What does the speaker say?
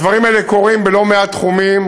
הדברים האלה קורים בלא-מעט תחומים,